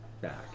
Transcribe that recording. back